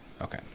okay